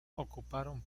ocuparon